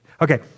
Okay